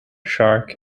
shark